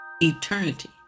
eternity